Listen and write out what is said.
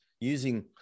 using